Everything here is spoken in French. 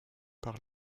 par